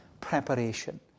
preparation